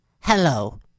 Hello